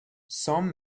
some